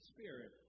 Spirit